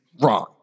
wrong